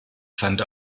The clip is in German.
fand